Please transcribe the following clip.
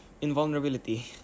invulnerability